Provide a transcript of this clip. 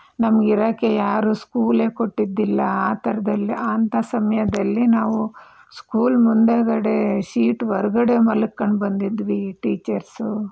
ನಮ್ಗಿರೋಕ್ಕೆ ಯಾರೂ ಸ್ಕೂಲೇ ಕೊಟ್ಟಿದ್ದಿಲ್ಲ ಆ ಥರದಲ್ಲಿ ಅಂತ ಸಮಯದಲ್ಲಿ ನಾವು ಸ್ಕೂಲ್ ಮುಂದೆಗಡೆ ಶೀಟ್ ಹೊರಗಡೆ ಮಲ್ಕೋಂಡು ಬಂದಿದ್ವಿ ಟೀಚರ್ಸು